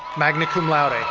magna cum laude.